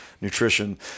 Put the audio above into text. nutrition